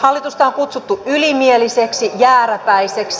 hallitusta on kutsuttu ylimieliseksi jääräpäiseksi